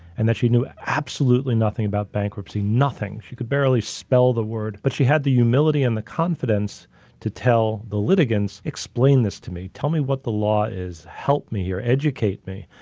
and that she knew absolutely nothing about bankruptcy, nothing, she could barely spell the word, but she had the humility and the confidence to tell the litigants explain this to me, tell me what the law is help me here educate me,